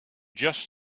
just